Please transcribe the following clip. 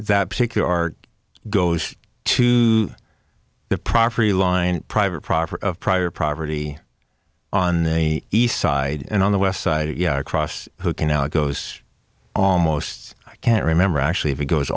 that particular are goes to the property line private property of prior property on the east side and on the west side cross who can now goes on most i can't remember actually if it goes